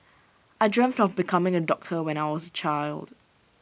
I dreamt of becoming A doctor when I was A child